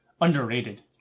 underrated